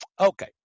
Okay